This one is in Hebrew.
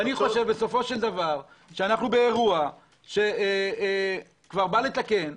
ואני חושב שאנחנו באירוע שכבר בא לתקן.